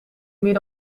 meer